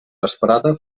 vesprada